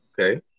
okay